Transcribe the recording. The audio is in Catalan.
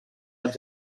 els